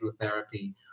therapy